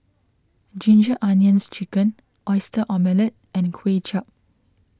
Ginger Onions Chicken Oyster Omelette and Kway Chap